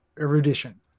erudition